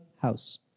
house